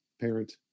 parent